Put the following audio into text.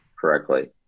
correctly